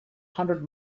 hundred